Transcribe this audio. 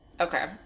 okay